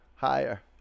higher